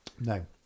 No